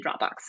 Dropbox